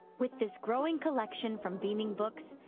with this growing collection from beaming books,